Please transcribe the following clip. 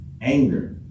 Anger